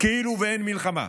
כאילו אין מלחמה,